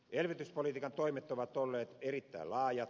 elvytyspolitiikan toimet ovat olleet erittäin laajat